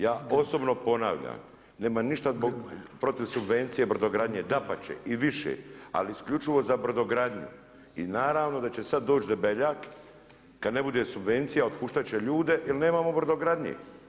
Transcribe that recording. Ja osobno ponavljam, nema ništa protiv subvencije brodogradnje, dapače, i više ali isključivo za brodogradnju i naravno da će sad doći Debeljak kad ne bude subvencija, otpuštat će ljude jer nemamo brodogradnje.